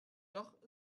doch